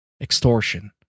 extortion